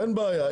אין בעיה.